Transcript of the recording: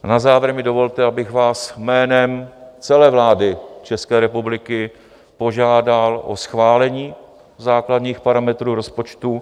Na závěr mi dovolte, abych vás jménem celé vlády České republiky požádal o schválení základních parametrů rozpočtu.